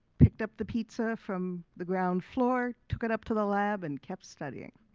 picked up the pizza from the ground floor, took it up to the lab, and kept studying.